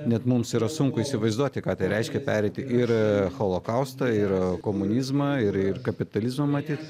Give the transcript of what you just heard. net mums yra sunku įsivaizduoti ką tai reiškia pereiti ir holokaustą ir komunizmą ir ir kapitalizmą matyt